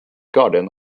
guardian